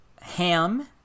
ham